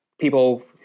people